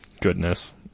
goodness